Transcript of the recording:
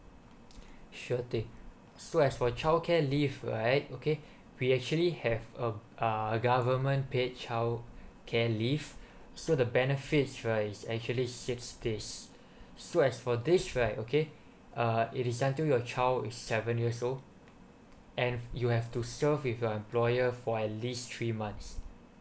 sure thing so as for childcare leave right okay we actually have uh uh government paid child care leave so the benefits right is actually six days so as for this right okay uh it is until your child is seven years old and you have to serve with your employer for at least three months